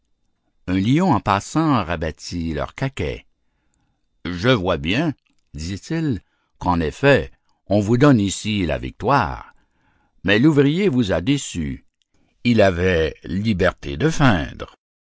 un lion en passant rabattit leur caquet je vois bien dit-il qu'en effet on vous donne ici la victoire mais l'ouvrier vous a déçus il avait liberté de feindre